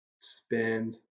spend